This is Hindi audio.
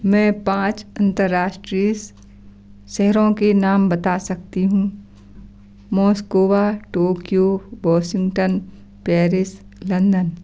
मैं पाँच अंतर्राष्ट्रीस शहरों के नाम बता सकती हूँ Moscow Tokyo Washington Paris London